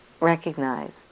recognize